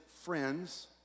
friends